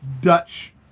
Dutch